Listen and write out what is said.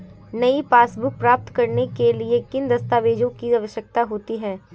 नई पासबुक प्राप्त करने के लिए किन दस्तावेज़ों की आवश्यकता होती है?